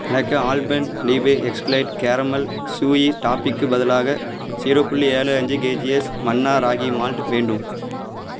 எனக்கு ஆல்பென்லீபே எஸ்க்லேட் caramel chewy டாபிக்கு பதிலாக ஸீரோ புள்ளி ஏழு அஞ்சு கேஜிஎஸ் மன்னா ராகிமால்ட் வேண்டும்